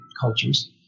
cultures